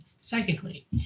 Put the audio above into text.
psychically